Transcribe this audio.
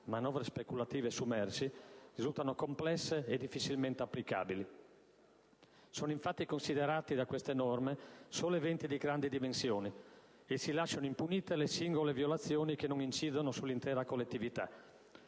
(manovre speculative su merci), risultano complesse e difficilmente applicabili. Sono infatti considerati da queste norme solo eventi di grandi dimensioni e si lasciano impunite le singole violazioni che non incidono sull'intera collettività.